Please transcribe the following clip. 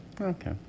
Okay